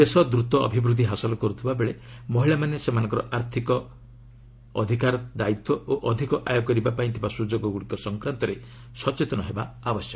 ଦେଶ ଦୂତ ଅଭିବୃଦ୍ଧି ହାସଲ କରୁଥିବା ବେଳେ ମହିଳାମାନେ ସେମାନଙ୍କର ଆର୍ଥିକ ଅଧିକାର ଦାୟିତ୍ୱ ଓ ଅଧିକ ଆୟ କରିବା ପାଇଁ ଥିବା ସୁଯୋଗଗୁଡ଼ିକ ସଂକ୍ରାନ୍ତରେ ସଚେତନ ହେବା ଉଚିତ୍